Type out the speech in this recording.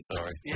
Sorry